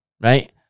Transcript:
Right